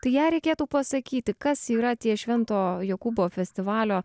tai jei reikėtų pasakyti kas yra tie švento jokūbo festivalio